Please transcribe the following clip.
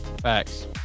facts